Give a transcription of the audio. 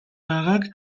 байгааг